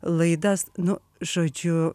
laidas nu žodžiu